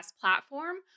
platform